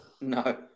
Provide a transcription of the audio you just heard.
No